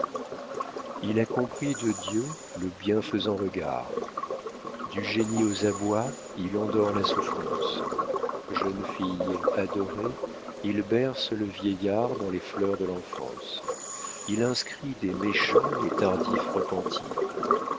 il a compris de dieu le bienfaisant regard du génie aux abois il endort la souffrance jeune fille adorée il berce le vieillard dans les fleurs de l'enfance il inscrit des méchants les tardifs repentirs